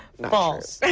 false.